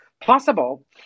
possible